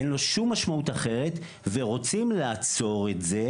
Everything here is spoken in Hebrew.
אין לו שום משמעות אחרת, ורוצים לעצור את זה,